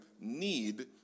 need